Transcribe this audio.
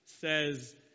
says